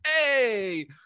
hey